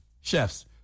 chefs